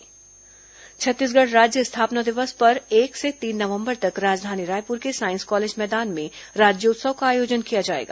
राज्योत्सव छत्तीसगढ़ राज्य स्थापना दिवस पर एक से तीन नवंबर तक राजधानी रायपुर के साईस कॉलेज मैदान में राज्योत्सव का आयोजन किया जाएगा